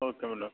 okay madam